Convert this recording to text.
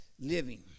living